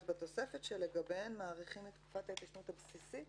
ולגביהן מאריכים את תקופת ההתיישנות הבסיסית